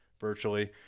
virtually